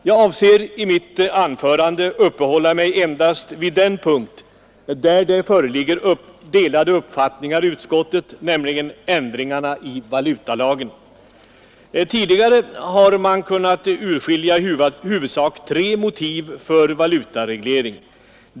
Jag avser att i mitt anförande uppehålla mig endast vid den punkt där det föreligger delade uppfattningar i utskottet, nämligen punkten om ändringar i valutalagen. Tidigare har man kunnat urskilja i huvudsak tre motiv för valutareglering.